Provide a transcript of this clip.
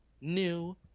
new